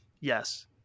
yes